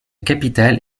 capitale